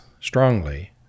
strongly